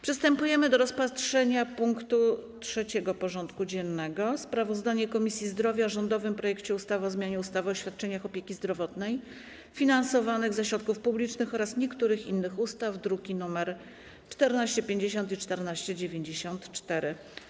Przystępujemy do rozpatrzenia punktu 3. porządku dziennego: Sprawozdanie Komisji Zdrowia o rządowym projekcie ustawy o zmianie ustawy o świadczeniach opieki zdrowotnej finansowanych ze środków publicznych oraz niektórych innych ustaw (druki nr 1450 i 1494)